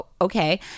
Okay